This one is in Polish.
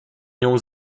nią